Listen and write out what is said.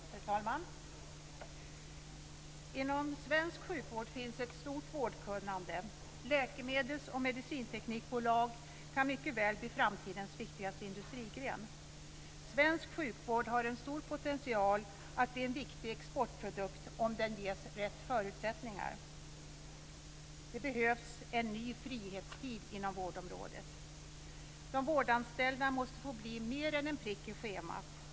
Fru talman! Inom svensk sjukvård finns ett stort vårdkunnande. Läkemedels och medicinteknikbolag kan mycket väl bli framtidens viktigaste industrigren. Svensk sjukvård har en stor potential att bli en viktig exportprodukt om den ges rätt förutsättningar. Det behövs en ny frihetstid inom vårdområdet. De vårdanställda måste få bli mer än en prick i schemat.